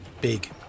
big